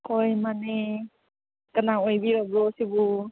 ꯍꯣꯏ ꯃꯥꯅꯦ ꯀꯅꯥ ꯑꯣꯏꯕꯤꯔꯕ꯭ꯔꯣ ꯁꯤꯕꯨ